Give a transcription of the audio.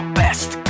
best